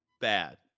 bad